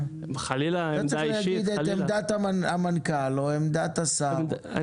אתה צריך להגיד את עמדת המנכ"ל או עמדת השר,